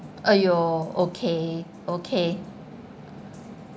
!aiyo! okay okay